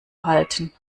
halten